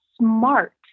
smart